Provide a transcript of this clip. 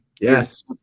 Yes